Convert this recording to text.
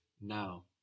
now